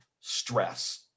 stress